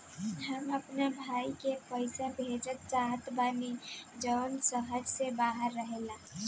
हम अपना भाई के पइसा भेजल चाहत बानी जउन शहर से बाहर रहेला